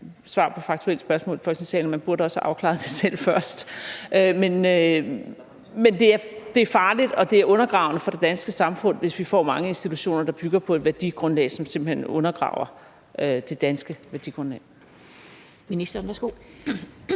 og at man også burde have afklaret det selv først. Men det er farligt, og det er undergravende for det danske samfund, hvis vi får mange institutioner, der bygger på et værdigrundlag, som simpelt hen undergraver det danske værdigrundlag.